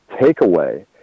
takeaway